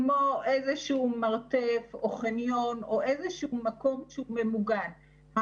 כמו איזשהו מרתף או חניון או איזשהו מקום שהוא ממוגן.